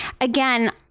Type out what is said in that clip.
again